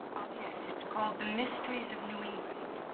yes, it's called the mysteries of new england